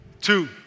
two